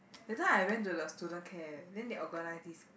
that time I went to the student care then they organise this